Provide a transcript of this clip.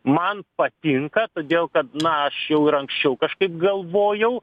man patinka todėl kad na aš jau ir anksčiau kažkaip galvojau